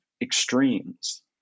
extremes